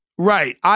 Right